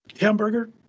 hamburger